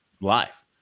life